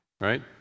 right